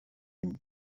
émis